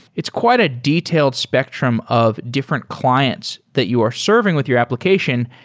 it's quite a detailed spectrum of different clients that you are serving with your application,